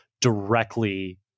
directly